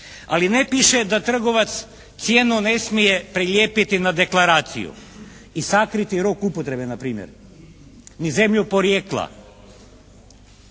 Ali ne piše da trgovac cijenu ne smije prilijepiti na deklaraciju. I sakriti rok upotrebe na primjer, ni zemlju porijekla.